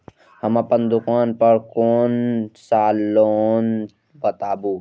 हम अपन दुकान पर कोन सा लोन हैं बताबू?